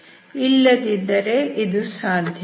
ಇಲ್ಲದಿದ್ದರೆ ಇದು ಸಾಧ್ಯವಿಲ್ಲ